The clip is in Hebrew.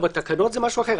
בתקנות זה משהו אחר.